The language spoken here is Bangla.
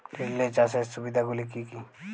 রিলে চাষের সুবিধা গুলি কি কি?